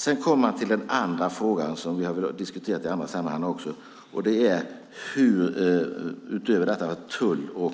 Så kommer jag till den andra frågan, som vi har diskuterat även i andra sammanhang, och det är hur vi utöver att tull och